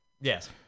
Yes